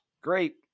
Great